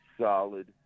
solid